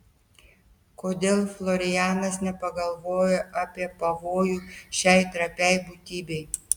kodėl florianas nepagalvojo apie pavojų šiai trapiai būtybei